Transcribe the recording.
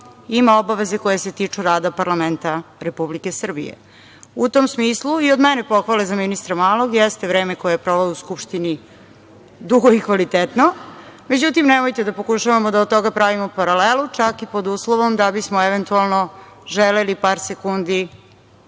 ima obaveze koje se tiču rada parlamenta Republike Srbije. U tom smislu, i od mene pohvale za ministra Malog, jeste vreme koje je proveo u Skupštini dugo i kvalitetno, ali nemojmo da pokušavamo da od toga pravimo paralelu, čak i pod uslovom da bismo eventualno želeli par sekundi